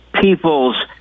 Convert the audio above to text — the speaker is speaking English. people's